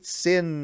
sin